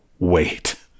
wait